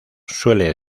suele